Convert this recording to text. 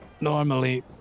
Normally